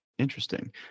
Interesting